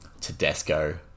Tedesco